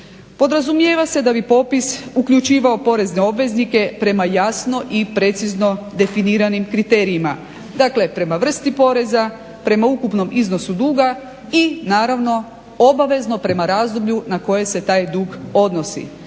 Podrazumijeva se da bi popis uključivao porezne obveznike prema jasno i precizno definiranim kriterijima, dakle prema vrsti poreza, prema ukupnom iznosu duga i naravno obavezno prema razdoblju na koje se taj dug odnosi.